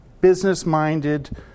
business-minded